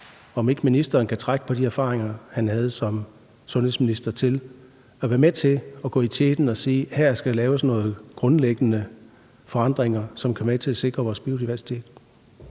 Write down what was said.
er så stor, kan trække på de erfaringer, han gjorde sig som sundhedsminister, til at være med til at gå i teten og sige: Her skal laves nogle grundlæggende forandringer, som kan være med til at sikre vores biodiversitet?